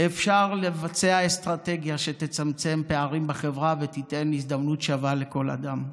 אפשר לבצע אסטרטגיה שתצמצם פערים בחברה ותיתן הזדמנות שווה לכל אדם.